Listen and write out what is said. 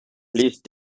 please